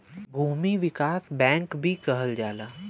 भूमि विकास बैंक भी कहल जाला